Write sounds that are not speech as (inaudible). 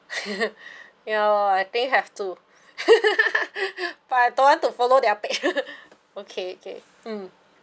(laughs) ya lor I think have to (laughs) but I don't want to follow their page (laughs) okay okay mm